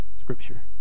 scripture